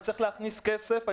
אני צריך להכניס כסף,